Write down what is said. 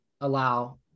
allow